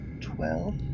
twelve